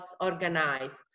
organized